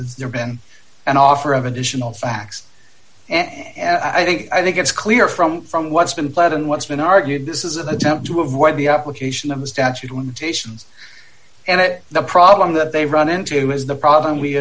has there been an offer of additional facts and i think i think it's clear from from what's been planned and what's been argued this is an attempt to avoid the application of the statute of limitations and it the problem that they run into is the problem we